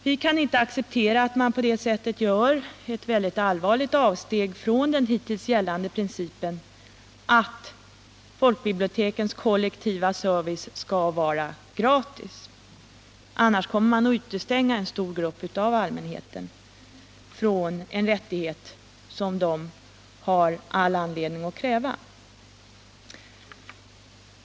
Vi kan inte acceptera att man på detta sätt gör ett mycket allvarligt avsteg från den hittills gällande principen att folkbibliotekens kollektiva service skall vara gratis. Går man ifrån den principen utestänger man stora grupper från en kollektiv service som de har all anledning att kräva.